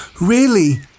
Really